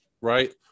right